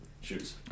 Shoes